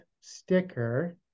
sticker